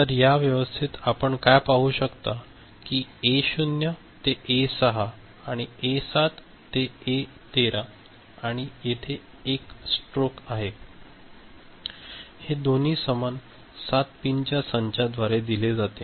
तर या व्यवस्थेत आपण काय पाहू शकता की ए 0 ते ए 6 आणि ए 7 ते ए 13 आणि येथे एक स्ट्रोक आहे हे दोन्ही समान 7 पिनच्या संचाद्वारे दिले जातात